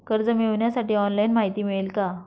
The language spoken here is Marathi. कर्ज मिळविण्यासाठी ऑनलाइन माहिती मिळेल का?